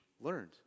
learned